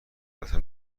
رفتن